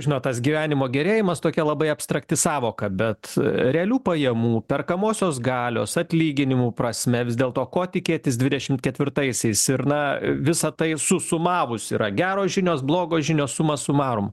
žinot tas gyvenimo gerėjimas tokia labai abstrakti sąvoka bet realių pajamų perkamosios galios atlyginimų prasme vis dėlto ko tikėtis dvidešimt ketvirtaisiais ir na visa tai susumavus yra geros žinios blogos žinios suma sumarum